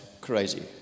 crazy